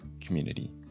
community